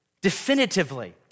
definitively